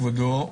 כבודו,